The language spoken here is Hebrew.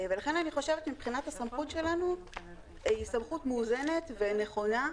ולכן אני חושבת שהסמכות שלנו היא סמכות מאוזנת ונכונה,